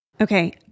Okay